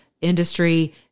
industry